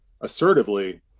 assertively